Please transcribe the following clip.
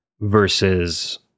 versus